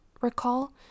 recall